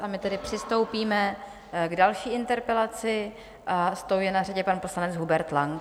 A my tedy přistoupíme k další interpelaci, s tou je na řadě pan poslanec Hubert Lang.